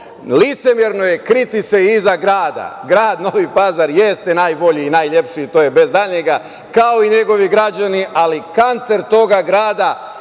je kriti se iza grada. Grad Novi Pazar jeste najbolji i najlepši i to je bez daljega, kao i njegovi građani, ali kancer toga grada